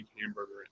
hamburger